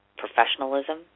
professionalism